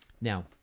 Now